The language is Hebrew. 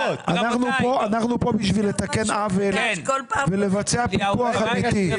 אנחנו פה בשביל לתקן עוול ולבצע פיקוח אמיתי.